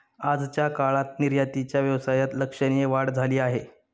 आजच्या काळात निर्यातीच्या व्यवसायात लक्षणीय वाढ झाली आहे